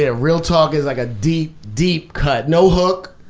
ah real talk is like a deep, deep cut. no hook.